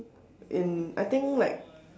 in I think like